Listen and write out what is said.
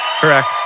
Correct